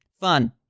Fun